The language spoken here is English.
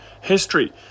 history